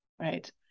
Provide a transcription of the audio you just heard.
Right